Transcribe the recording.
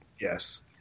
Yes